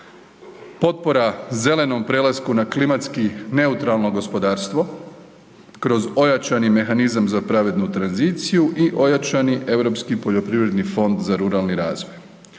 potpora zelenom prelasku na klimatski neutralno gospodarstvo kroz ojačani mehanizam za pravednu tranziciju i ojačani Europski poljoprivredni fond za ruralni razvoj.